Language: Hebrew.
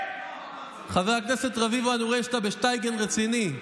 חבר הכנסת רביבו, אני רואה שאתה בשטייגן רציני.